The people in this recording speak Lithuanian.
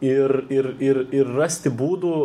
ir ir ir ir rasti būdų